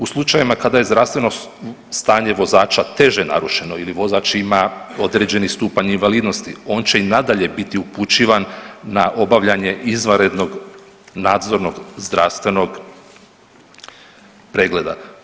U slučajevima kada je zdravstveno stanje vozača teže narušeno ili vozač ima određeni stupanj invalidnosti on će i nadalje biti upućivan na obavljanje izvanrednog nadzornog zdravstvenog pregleda.